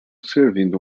servindo